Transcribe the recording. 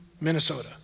Minnesota